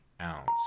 ounce